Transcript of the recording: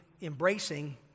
embracing